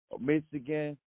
Michigan